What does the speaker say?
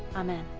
amen!